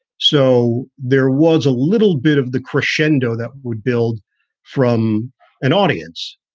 so there was a little bit of the crescendo that would build from an audience.